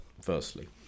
firstly